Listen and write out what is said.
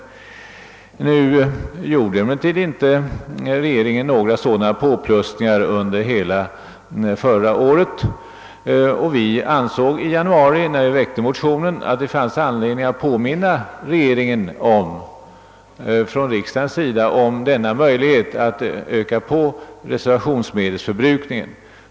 Regeringen företog emellertid under hela förra året ingen sådan åtgärd och vi motionärer ansåg därför i januari, när vi väckte motionerna, att det fanns anledning att från riksdagens sida påminna regeringen om denna möjlighet att på angivna skäl öka reservationsmedelsförbrukningen.